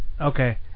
Okay